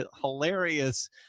Hilarious